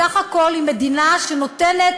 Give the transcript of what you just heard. בסך הכול, היא מדינה שנותנת